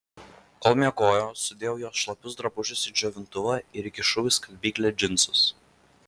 kol miegojo sudėjau jos šlapius drabužius į džiovintuvą ir įkišau į skalbyklę džinsus